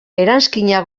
eranskina